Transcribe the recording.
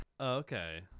okay